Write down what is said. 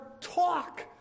talk